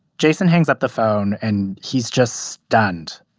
jason hangs up the phone, and he's just stunned.